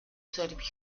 serbio